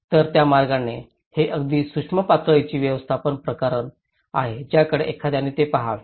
तर त्या मार्गाने हे अगदी सूक्ष्म पातळीचे व्यवस्थापन प्रकरण आहे ज्याकडे एखाद्याने ते पहावे